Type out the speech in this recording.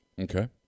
Okay